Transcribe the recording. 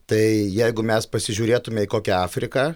tai jeigu mes pasižiūrėtume į kokią afriką